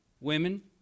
Women